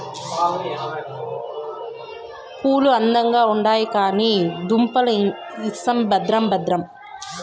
పూలు అందంగా ఉండాయి కానీ దుంపలు ఇసం భద్రం భద్రం